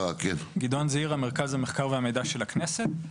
גדעון זעירא מרכז המחקר והמידע של הכנסת.